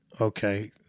okay